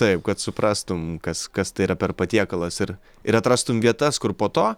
taip kad suprastumei kas kas tai yra per patiekalas ir ir atrastum vietas kur po to